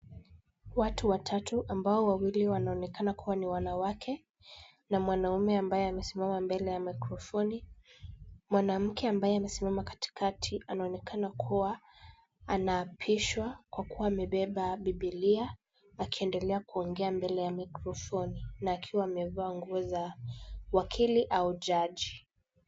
Watu watatu ambao wawili wanaonekana kuwa ni wanawake na mwanaume ambaye amesimama mbele ya mikrofoni . Mwanamke ambaye amesimama katikati anaonekana kuwa anaapishwa, kwa kuwa amebeba bibilia akiendelea kuongea mbele ya mikrofoni na akiwa amevaa nguo za wakili au jaji.